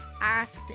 asked